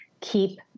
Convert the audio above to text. keep